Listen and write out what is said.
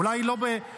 אולי לא ------ אנחנו